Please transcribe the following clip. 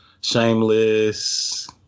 Shameless